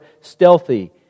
stealthy